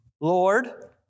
Lord